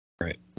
Right